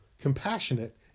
compassionate